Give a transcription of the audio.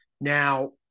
Now